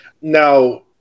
Now